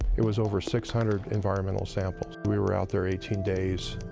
it was over six hundred environmental samples, we were out there eighteen days.